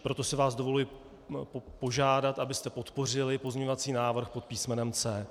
Proto si vás dovoluji požádat, abyste podpořili pozměňovací návrh pod písmenem C.